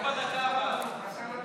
זה בדקה הבאה.